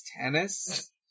Tennis